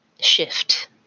shift